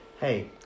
Hey